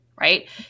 Right